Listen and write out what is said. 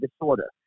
disorder